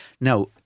Now